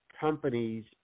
companies